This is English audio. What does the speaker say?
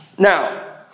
Now